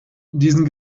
diesen